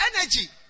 energy